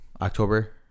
October